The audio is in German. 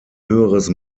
höheres